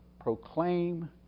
proclaim